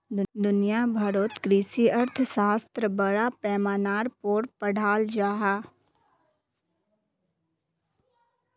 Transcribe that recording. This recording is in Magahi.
दुनिया भारोत कृषि अर्थशाश्त्र बड़ा पैमानार पोर पढ़ाल जहा